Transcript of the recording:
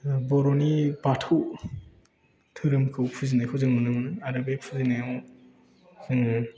बर'नि बाथौ धौरोमखौ फुजिनायखौ जों नुनो मोनो आरो बे फुजिनायाव जोङो